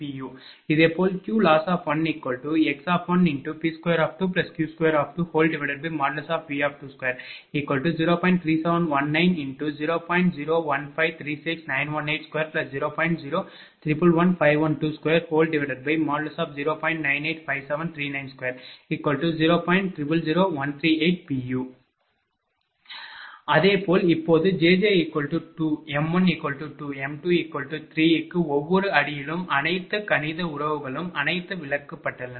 அதேபோல் இப்போது jj2 m12 m23 க்கு ஒவ்வொரு அடியிலும் அனைத்து கணித உறவுகளும் அனைத்தும் விளக்கப்பட்டுள்ளன